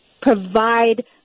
provide